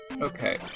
Okay